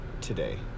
Today